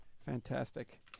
Fantastic